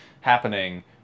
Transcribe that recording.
happening